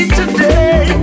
today